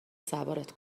سوارت